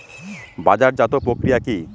বাজারজাতও প্রক্রিয়া কি?